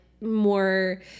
more